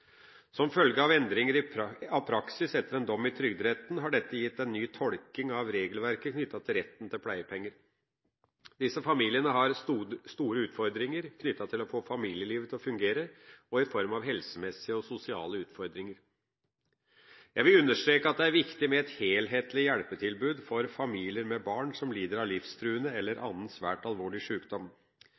Som følge av endringer av praksis etter en dom i trygderetten har dette gitt en ny tolkning av regelverket når det gjelder retten til pleiepenger. Disse familiene har store utfordringer knyttet til å få familielivet til å fungere, også i form av helsemessige og sosiale utfordringer. Jeg vil understreke at det er viktig med et helhetlig hjelpetilbud for familier med barn som lider av livstruende eller annen svært alvorlig sjukdom.